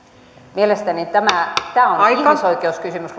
mielestäni tämä tämä on ihmisoikeuskysymys